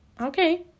Okay